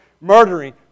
murdering